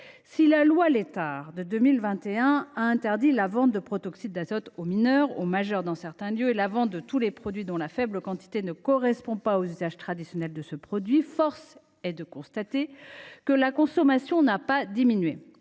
Si la loi Létard de 2021 a interdit la vente de protoxyde d’azote aux mineurs, mais aussi aux majeurs dans certains lieux, ainsi que la vente de tous les produits contenant une faible quantité de ce gaz et ne correspondant pas aux usages traditionnels de ces produits, force est de constater que la consommation n’a pas diminué.